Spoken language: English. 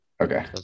Okay